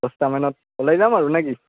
দছটা মানত ওলাই যাম আৰু নেকি